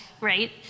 right